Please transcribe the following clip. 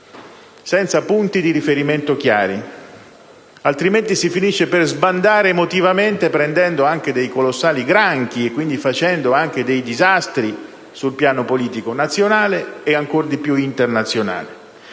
senza punti di riferimento chiari, altrimenti si finisce per sbandare emotivamente, prendendo anche colossali granchi e quindi facendo disastri sul piano politico nazionale e ancor più internazionale.